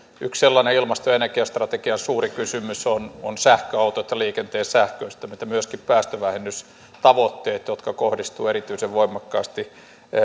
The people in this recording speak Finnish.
yksi sellainen ilmasto ja energiastrategian suuri kysymys on on sähköautot ja liikenteen sähköistäminen mutta myöskin päästövähennystavoitteet jotka kohdistuvat erityisen voimakkaasti